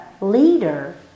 leader